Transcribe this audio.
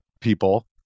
people